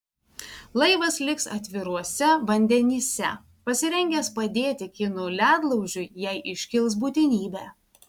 laivas liks atviruose vandenyse pasirengęs padėti kinų ledlaužiui jei iškils būtinybė